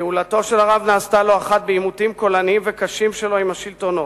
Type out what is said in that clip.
פעולתו של הרב נעשתה לא אחת בעימותים קולניים וקשים שלו עם השלטונות,